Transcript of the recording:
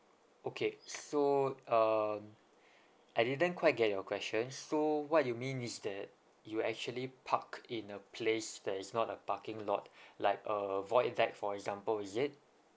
okay so um I didn't quite get your question so what you mean is that you actually park in a place that is not a parking lot like a void deck for example is it